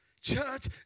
Church